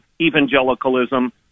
evangelicalism